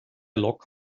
lock